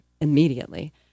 immediately